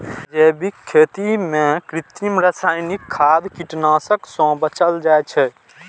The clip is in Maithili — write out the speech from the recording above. जैविक खेती मे कृत्रिम, रासायनिक खाद, कीटनाशक सं बचल जाइ छै